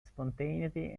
spontaneity